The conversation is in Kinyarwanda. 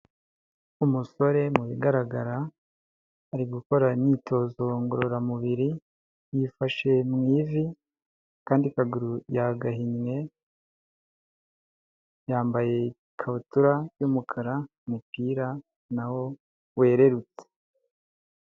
Umusore mu bigaragara ari gukora imyitozo ngororamubiri, yifashe mu ivi, akandi kaguru yagahinnye, yambaye ikabutura y'umukara, umupira na wo wererutse.